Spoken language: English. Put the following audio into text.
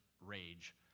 rage